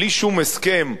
בלי שום הסכם,